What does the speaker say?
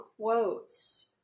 quotes